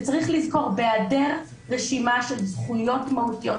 וצריך לזכור בהיעדר רשימה של זכויות מהותיות,